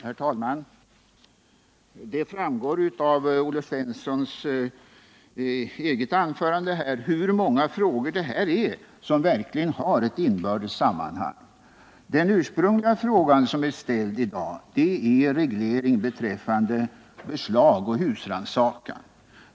Herr talman! Det framgår av Olle Svenssons eget anförande hur många frågor det är i det här problemkomplexet som verkligen har ett inbördes sammanhang. Den ursprungliga fråga som ställdes gällde regleringen av beslag och husrannsakan.